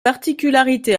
particularités